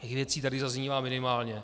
Těch věcí tady zaznívá minimálně.